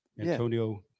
Antonio